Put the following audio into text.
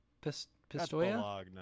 pistoia